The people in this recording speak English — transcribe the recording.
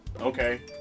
okay